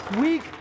weak